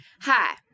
Hi